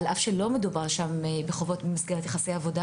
על אף שלא מדובר שם בחובות במסגרת יחסי עבודה